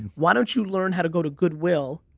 and why don't you learn how to go to goodwill,